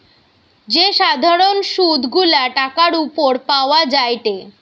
যে সাধারণ সুধ গুলা টাকার উপর পাওয়া যায়টে